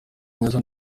mwiza